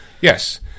Yes